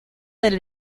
del